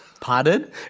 Pardon